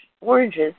oranges